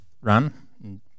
run